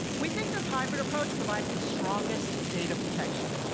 we think this hybrid approach provides the strongest data protection.